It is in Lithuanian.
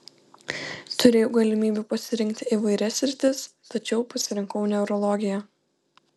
turėjau galimybių pasirinkti įvairias sritis tačiau pasirinkau neurologiją